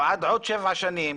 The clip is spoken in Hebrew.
עד עוד שבע שנים,